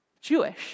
Jewish